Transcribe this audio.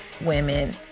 women